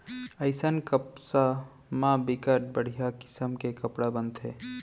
अइसन कपसा म बिकट बड़िहा किसम के कपड़ा बनथे